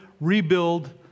rebuild